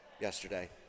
yesterday